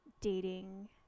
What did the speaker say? dating